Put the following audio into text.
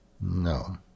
No